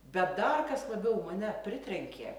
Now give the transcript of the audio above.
bet dar kas labiau mane pritrenkė